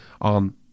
on